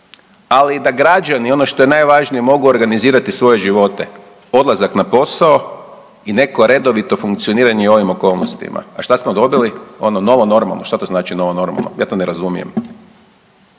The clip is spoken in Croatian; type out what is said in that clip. i da građani ono što je najvažnije mogu organizirati svoje živote, odlazak na posao i neko redovito funkcioniranje u ovim okolnostima, a šta smo dobili, ono novo normalno. Šta to znači novo normalno, ja to ne razumijem.